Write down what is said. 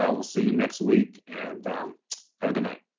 ah we'll see you next week and have a good night.